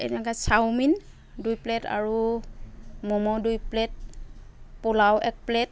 এনেকে চাওমিন দুই প্লেট আৰু ম'ম' দুই প্লেট পোলাও এক প্লেট